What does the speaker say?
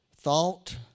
Thought